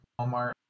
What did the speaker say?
Walmart